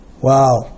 Wow